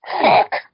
Fuck